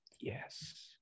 Yes